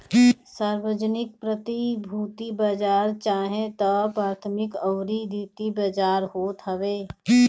सार्वजानिक प्रतिभूति बाजार चाहे तअ प्राथमिक अउरी द्वितीयक बाजार होत हवे